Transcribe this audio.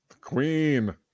queen